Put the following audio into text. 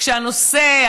כשהנושא,